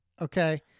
okay